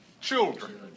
Children